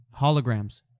holograms